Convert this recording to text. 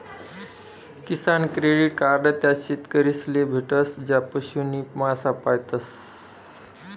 किसान credit card त्या शेतकरीस ले भेटस ज्या पशु नी मासा पायतस